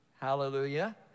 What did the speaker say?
hallelujah